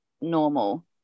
normal